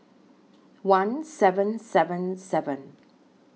one seven seven seven